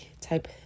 type